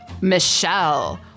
Michelle